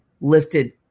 lifted